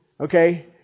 Okay